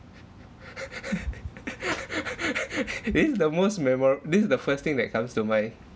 this is the most memorab~ this is the first thing that comes to mind